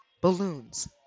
Balloons